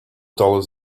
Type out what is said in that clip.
dollars